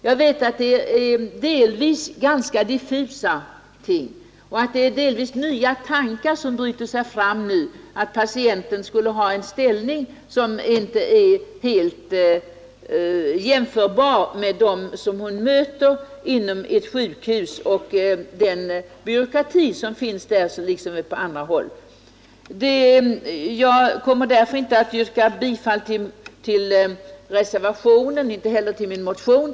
Jag vet att det gäller delvis ganska diffusa ting och att även de tankar som nu bryter sig fram, om att patienten skulle ha en något annan ställning än den som hon nu har i förhållande till den byråkrati som finns på ett sjukhus lika väl som på andra håll, är något delvis nytt. Jag kommer därför inte att yrka bifall till reservationen och inte heller till min motion.